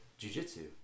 jujitsu